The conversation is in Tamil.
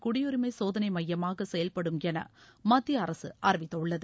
குடியுரிமை சோதனை மையமாக செயல்படும் என மத்திய அரசு அறிவித்துள்ளது